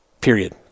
period